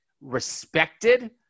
respected